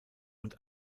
und